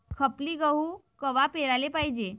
खपली गहू कवा पेराले पायजे?